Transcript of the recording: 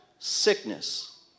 sickness